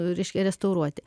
reiškia restauruoti